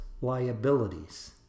liabilities